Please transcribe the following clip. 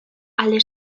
alde